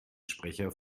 sprecher